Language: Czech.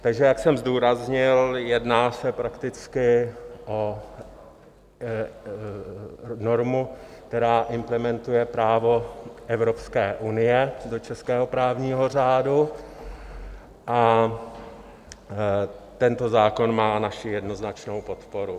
Čili jak jsem zdůraznil, jedná se prakticky o normu, která implementuje právo Evropské unie do českého právního řádu, a tento zákon má naši jednoznačnou podporu.